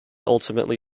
ultimately